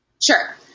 Sure